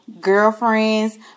girlfriends